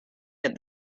that